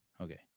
Okay